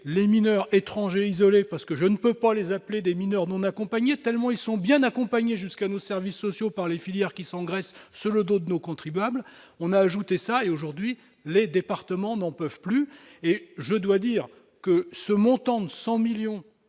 des mineurs étrangers isolés- je ne peux pas les appeler mineurs non accompagnés, tellement ils sont bien accompagnés jusqu'à nos services sociaux par les filières qui s'engraissent sur le dos de nos contribuables !-, les départements aujourd'hui n'en peuvent plus. Je dois dire enfin que le montant de 100 millions